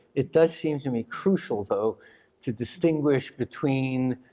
it does seem to me crucial though to distinguish between